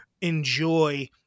enjoy